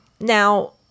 Now